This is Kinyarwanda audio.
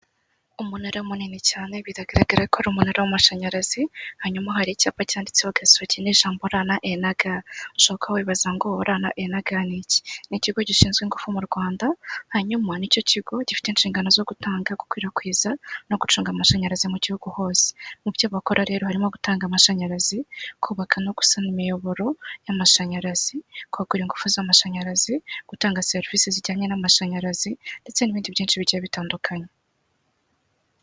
Umunare munini cyane bitagaragara ko ari umunara w'amashanyarazi hanyuma hari icyapa cyanditsehoka Gasogi n'ijambo REG ushobora kuba wibaza ngo REG, ni ikigo gishinzwe ingufu mu Rwanda hanyuma ni cyo kigo gifite inshingano zo gutanga, gukwirakwiza no gucunga amashanyarazi mu gihugu hose. Mu byo bakora rero harimo gutanga amashanyarazi, kubaka no gusana imiyoboro y'amashanyarazi, kwagura ingufu z'amashanyarazi, gutanga serivisi zijyanye n'amashanyarazi ,ndetse n'ibindi byinshi bigiya bitandukanye.